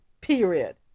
period